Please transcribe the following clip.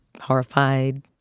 horrified